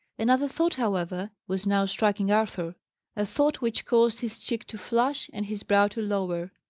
another thought, however, was now striking arthur a thought which caused his cheek to flush and his brow to lower.